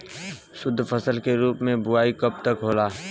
शुद्धफसल के रूप में बुआई कब तक होला?